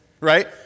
right